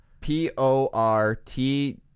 P-O-R-T